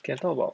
can talk about